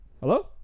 Hello